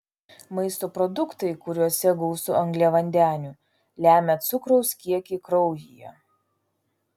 maisto produktai kuriuose gausu angliavandenių lemia cukraus kiekį kraujyje